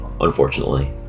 Unfortunately